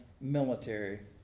military